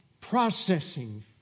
processing